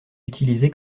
utilisé